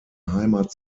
heimat